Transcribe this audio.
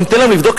ניתן להם לבדוק,